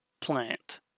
plant